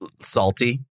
salty